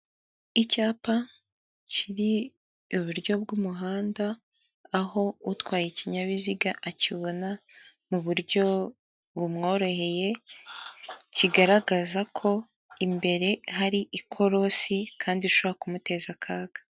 Icyapa kiri iburyo bw'umuhanda aho utwaye ikinyabiziga akibona mu buryo bumworoheye kigaragaza ko imbere hari ikorosi kandi rishobora kumuteza akaga.